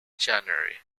january